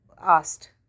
asked